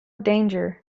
danger